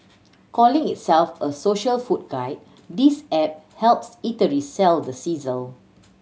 calling itself a social food guide this app helps eateries sell the sizzle